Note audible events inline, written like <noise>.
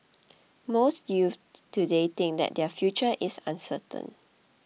most youths <noise> today think that their future is uncertain